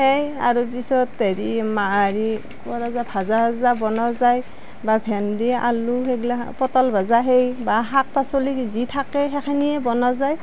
সেই আৰু পিছত হেৰি মা হেৰি কি কৰা যায় ভাজা চাজা বনোৱা যায় বা ভেন্দী আলু সেইগিলা পটল ভজা সেই শাক পাচলি যি থাকে সেইখিনিই বনোৱা যায়